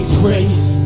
grace